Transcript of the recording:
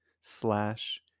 slash